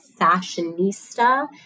fashionista